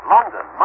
London